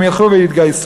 הם ילכו ויתגייסו.